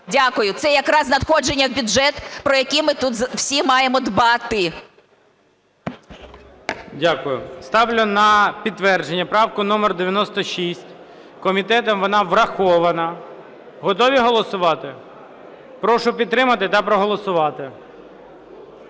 Дякую. Це якраз надходження в бюджет, про які ми тут всі маємо дбати. ГОЛОВУЮЧИЙ. Дякую. Ставлю на підтвердження правку номер 96, комітетом вона врахована. Готові голосувати? Прошу підтримати та проголосувати.